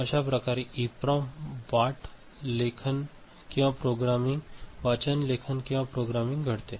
अश्याप्रकारे ईप्रोम वाट लेखन किंवा प्रोग्रामिंग घडते